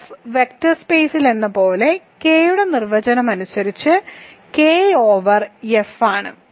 F vector സ്പേസിലെന്നപോലെ K യുടെ നിർവചനം അനുസരിച്ച് K ഓവർ F ആണ്